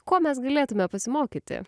ko mes galėtume pasimokyti